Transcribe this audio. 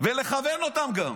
ולכוון אותם גם.